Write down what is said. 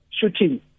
shooting